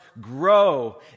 grow